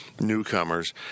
newcomers